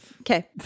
Okay